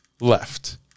left